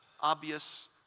obvious